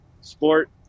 sport